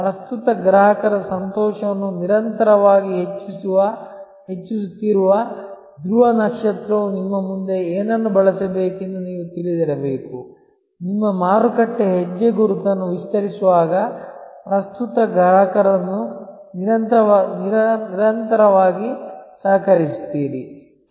ಪ್ರಸ್ತುತ ಗ್ರಾಹಕರ ಸಂತೋಷವನ್ನು ನಿರಂತರವಾಗಿ ಹೆಚ್ಚಿಸುತ್ತಿರುವ ಧ್ರುವ ನಕ್ಷತ್ರವು ನಿಮ್ಮ ಮುಂದೆ ಏನನ್ನು ಬಳಸಬೇಕೆಂದು ನೀವು ತಿಳಿದಿರಬೇಕು ನಿಮ್ಮ ಮಾರುಕಟ್ಟೆ ಹೆಜ್ಜೆಗುರುತನ್ನು ವಿಸ್ತರಿಸುವಾಗ ಪ್ರಸ್ತುತ ಗ್ರಾಹಕರನ್ನು ನಿರಂತರವಾಗಿ ಸಹಕರಿಸುತ್ತೀರಿ